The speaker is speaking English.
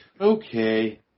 Okay